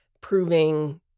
proving